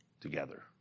together